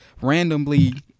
randomly